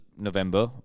November